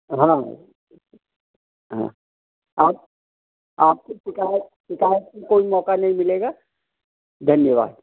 हाँ आप आपको शिकायत शिकायत का कोई मौक़ा नहीं मिलेगा धन्यवाद